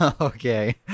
okay